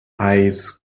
eyes